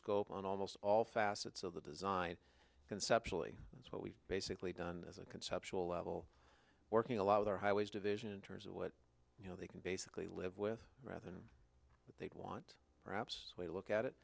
scope on almost all facets of the design conceptually that's what we've basically done as a conceptual level working a lot of our highways division in terms of what you know they can basically live with rather than what they want perhaps we look at it